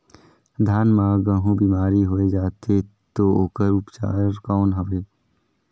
धान मां महू बीमारी होय जाथे तो ओकर उपचार कौन हवे?